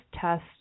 test